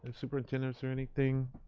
ah superintendent, is there anything?